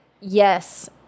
Yes